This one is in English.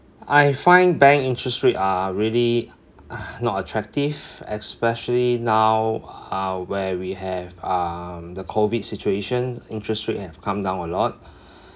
I find bank interest rate are really uh not attractive especially now uh where we have um the COVID situation interest rates have come down a lot